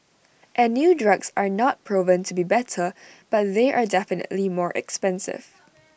and new drugs are not proven to be better but they are definitely more expensive